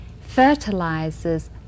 fertilizes